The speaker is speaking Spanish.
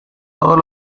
todos